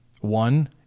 One